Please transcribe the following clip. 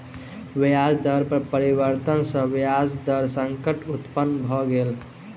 ब्याज दर में परिवर्तन सॅ ब्याज दर संकट उत्पन्न भ गेल